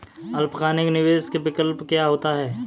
अल्पकालिक निवेश विकल्प क्या होता है?